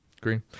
Green